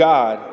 God